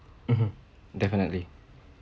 mmhmm definitely